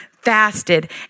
fasted